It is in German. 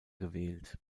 gewählt